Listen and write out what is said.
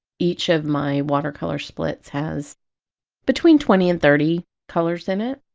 each of my watercolor splits has between twenty and thirty colors in it.